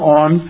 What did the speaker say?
on